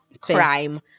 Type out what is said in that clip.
crime